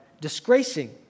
disgracing